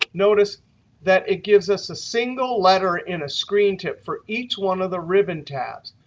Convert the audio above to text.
notice that it gives us a single letter in a screen tip for each one of the ribbon tabs.